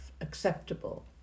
acceptable